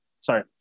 sorry